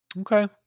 Okay